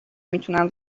میتونم